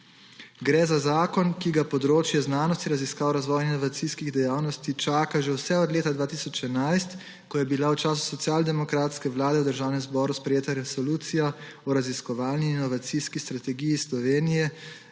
Gre za zakon, ki ga področje znanosti in raziskav, razvojno-inovacijskih dejavnosti čaka že vse od leta 2011, ko je bila v času socialdemokratske vlade v Državnem zboru sprejeta Resolucija o raziskovalni in inovacijski strategiji Slovenije